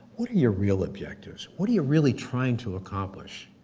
what are your real objectives? what are you really trying to accomplish?